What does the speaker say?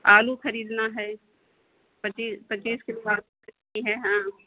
आलू ख़रीदना है पच्चीस पच्चीस किलो आलू ख़रीदनी है हाँ